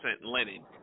linen